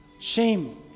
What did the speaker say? shame